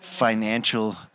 financial